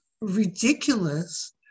ridiculous